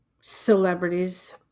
Celebrities